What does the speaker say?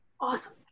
Awesome